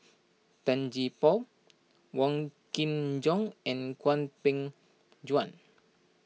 Tan Gee Paw Wong Kin Jong and Hwang Peng Yuan